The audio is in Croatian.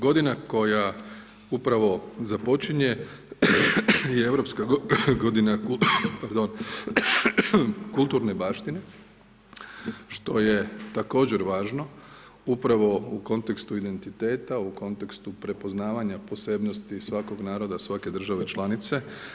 Godina upravo započinje je europska godina kulturne baštine što je također važno upravo u kontekstu identiteta, u kontekstu prepoznavanja posebnosti svakog naroda, svake države članice.